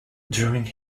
during